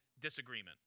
disagreement